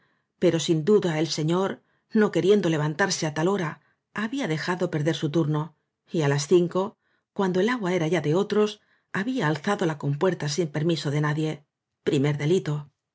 pero sin duda el señor no queriendo levantarse á tai hora había dejado perder su turno y á las cin co cuando el agua era ya de otros había alza do la compuerta sin permiso de nadie primer delito